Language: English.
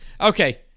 Okay